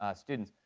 students.